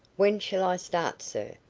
when shall i start, sir?